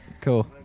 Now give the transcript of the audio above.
Cool